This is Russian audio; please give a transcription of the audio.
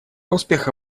успеха